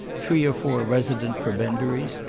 three or four resident prebendaries,